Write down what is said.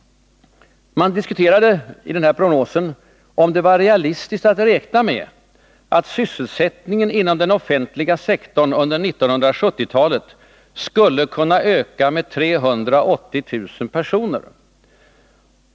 Man diskuterade i den prognosen om det var realistiskt att räkna med att sysselsättningen inom den offentliga sektorn under 1970-talet skulle kunna öka med 380 000 personer.